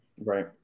Right